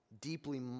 deeply